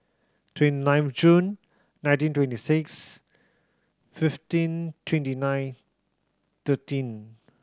twenty nine of June nineteen twenty six fifteen twenty nine thirteen